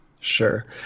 Sure